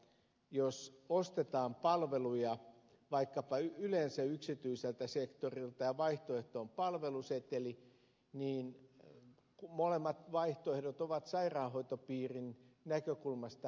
jos vaikkapa ostetaan palveluja yleensä yksityiseltä sektorilta ja sille vaihtoehtona on palveluseteli niin molemmat vaihtoehdot ovat sairaanhoitopiirin näkökulmasta heikkoja